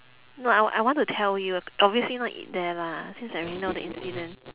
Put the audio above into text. no I I want to tell you obviously not eat there lah since I already know the incident